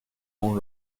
اون